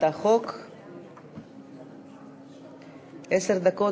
עשר דקות,